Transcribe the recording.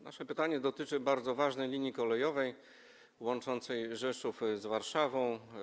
Nasze pytanie dotyczy bardzo ważnej linii kolejowej, łączącej Rzeszów z Warszawą.